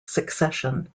succession